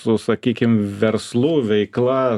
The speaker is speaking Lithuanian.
su sakykim verslu veikla